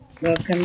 Welcome